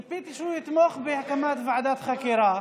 ציפיתי שהוא יתמוך בהקמת ועדת חקירה,